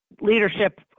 leadership